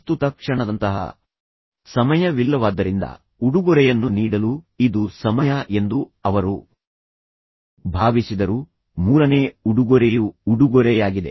ಪ್ರಸ್ತುತ ಕ್ಷಣದಂತಹ ಸಮಯವಿಲ್ಲವಾದ್ದರಿಂದ ಉಡುಗೊರೆಯನ್ನು ನೀಡಲು ಇದು ಸಮಯ ಎಂದು ಅವರು ಭಾವಿಸಿದರು ಮೂರನೇ ಉಡುಗೊರೆಯು ಉಡುಗೊರೆಯಾಗಿದೆ